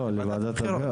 לא לוועדת הבחירות,